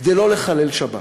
כדי לא לחלל שבת.